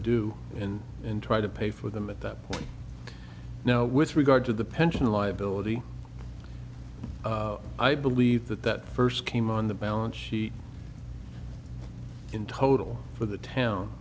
in and try to pay for them at that point now with regard to the pension liability i believe that that first came on the balance sheet in total for the town